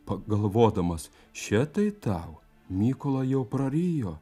pagalvodamas še tai tau mykolą jau prarijo